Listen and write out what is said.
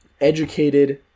educated